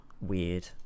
weird